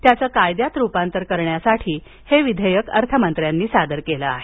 त्याचं कायद्यात रुपांतर करण्यासाठी हे विधेयक अर्थमंत्र्यांनी सादर केलं आहे